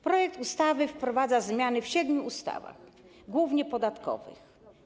Projekt ustawy wprowadza zmiany w siedmiu ustawach, głównie podatkowych.